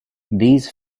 these